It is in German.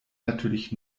natürlich